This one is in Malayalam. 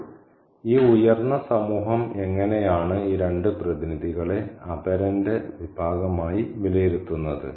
അപ്പോൾ ഈ ഉയർന്ന സമൂഹം എങ്ങനെയാണ് ഈ രണ്ട് പ്രതിനിധികളെ അപരന്റെ വിഭാഗമായി വിലയിരുത്തുന്നത്